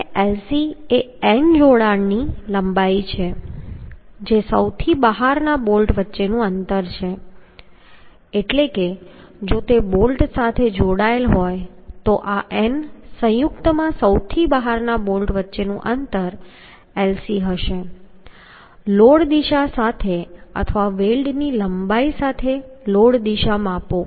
અને Lc એ n જોડાણની લંબાઈ છે જે સૌથી બહારના બોલ્ટ વચ્ચેનું અંતર છે એટલે કે જો તે બોલ્ટ સાથે જોડાયેલ હોય તો આ n સંયુક્તમાં સૌથી બહારના બોલ્ટ વચ્ચેનું અંતર Lc હશે લોડ દિશા સાથે અથવા વેલ્ડની લંબાઈ સાથે લોડ દિશા માપો